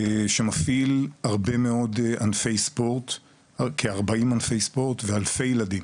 תאגיד שמפעיל כ-40 ענפי ספורט ואלפי ילדים.